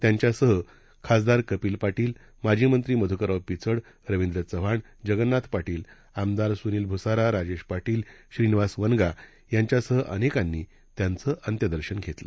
त्यांच्यासह खासदार कपिल पाटील माजी मंत्री मधुकरराव पिचड रवींद्र चव्हाण जगन्नाथ पाटील आमदार सुनील भुसारा राजेश पाटील श्रीनिवास वनगा यांच्यासह अनेकांनी त्यांचं अत्यदर्शन घेतलं